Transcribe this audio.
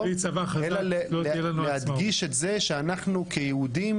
אלא להדגיש את זה שאנחנו כיהודים